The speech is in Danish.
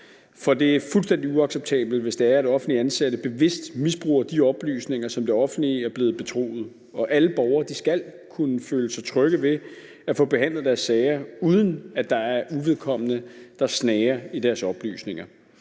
For det er fuldstændig uacceptabelt, hvis det er, at offentligt ansatte bevidst misbruger de oplysninger, som det offentlige er blevet betroet, og alle borgere skal kunne føle sig trygge ved at få behandlet deres sager, uden at der er uvedkommende, der snager i deres oplysninger.